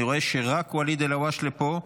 אני רואה שרק ואליד אלהואשלה פה.